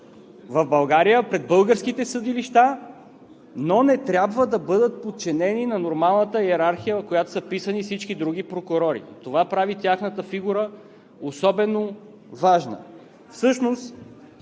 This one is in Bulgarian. в България пред българските съдилища, но не трябва да бъдат подчинени на нормалната йерархия, в която са вписани всички други прокурори. Това прави тяхната фигура особено важна.